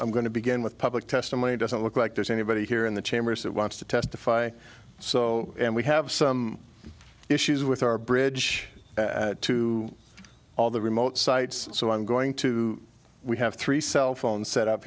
i'm going to begin with public testimony doesn't look like there's anybody here in the chambers that wants to testify so we have some issues with our bridge to all the remote sites so i'm going to we have three cell phone set up